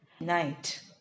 Night